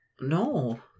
No